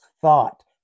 thought